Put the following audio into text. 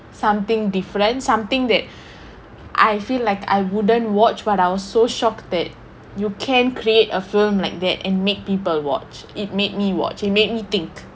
something different something that I feel like I wouldn't watch but I was so shocked that you can create a film like that and make people watch it made me watch it made me think